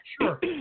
Sure